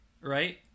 right